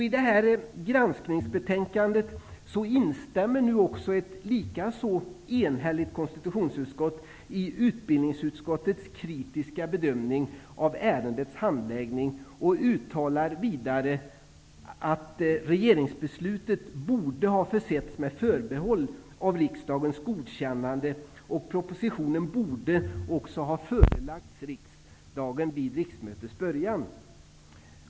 I det granskningsbetänkande vi nu behandlar instämmer ett likaså enhälligt KU i utbildningsutskottets kritiska bedömning av ärendets handläggning och uttalar vidare: ''Regeringsbeslutet borde ha försetts med förbehåll av riksdagens godkännande och propositionen borde ha förelagts riksdagen vid riksmötets början.''